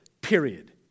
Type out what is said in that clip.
Period